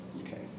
Okay